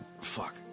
fuck